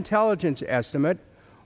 intelligence estimate